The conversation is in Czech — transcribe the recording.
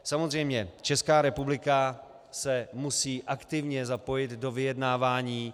Samozřejmě, Česká republika se musí aktivně zapojit do vyjednávání.